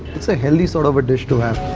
it's a healthy sort of a dish to have.